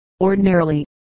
ordinarily